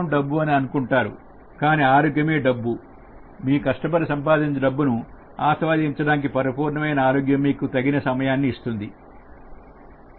సమయం డబ్బు అని ఉంటారు కానీ ఆరోగ్యమే డబ్బు మీరు కష్టపడి సంపాదించిన డబ్బును ఆస్వాదించడానికి పరిపూర్ణమైన ఆరోగ్యం మీకు తగిన సమయాన్ని ఇస్తుంది